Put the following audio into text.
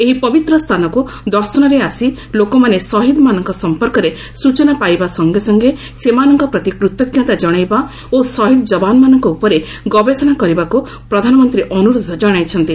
ଏହି ପବିତ୍ର ସ୍ଥାନକୁ ଦର୍ଶନରେ ଆସି ଲୋକମାନେ ଶହୀଦମାନଙ୍କ ସଂପର୍କରେ ସ୍କଚନା ପାଇବା ସଂଗେ ସଂଗେ ସେମାନଙ୍କ ପ୍ରତି କୃତଜ୍ଞତା ଜଣାଇବା ଓ ଶହୀଦ ଯବାନମାନଙ୍କ ଉପରେ ଗବେଷଣା କରିବାକୁ ପ୍ରଧାନମନ୍ତ୍ରୀ ଅନୁରୋଧ କଣାଇଛନ୍ତି